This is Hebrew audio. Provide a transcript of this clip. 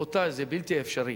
רבותי, זה בלתי אפשרי.